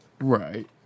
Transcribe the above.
Right